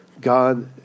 God